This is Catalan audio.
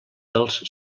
dels